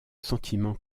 sentiment